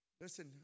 Listen